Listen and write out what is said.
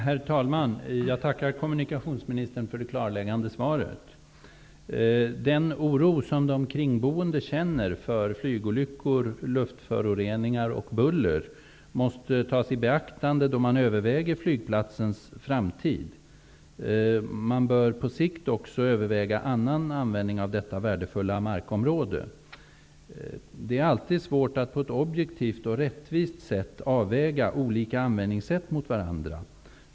Herr talman! Jag tackar kommunikationsministern för det klarläggande svaret. Den oro som de kringboende känner för flygolyckor, luftföroreningar och buller måste tas i beaktande då man överväger flygplatsens framtid. Man bör på sikt också överväga annan användning av detta värdefulla markområde. Det är alltid svårt att på ett objektivt och rättvist sätt avväga olika användningssätt mot varandra.